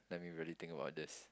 let me really think about this